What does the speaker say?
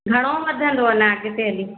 घणो वधंदो अञा अॻिते हली